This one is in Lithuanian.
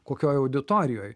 kokioj auditorijoj